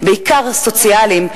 בעיקר סוציאליים,